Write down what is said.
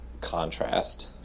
contrast